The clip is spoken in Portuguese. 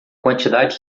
quantidade